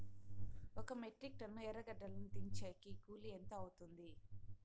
ఒక metric tonne ఎర్రగడ్డలు దించేకి కూలి ఎంత అవుతుంది?